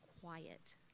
quiet